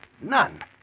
None